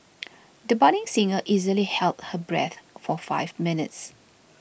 the budding singer easily held her breath for five minutes